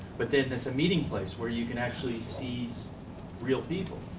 but then it's a meeting place where you can actually see real people.